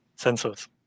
sensors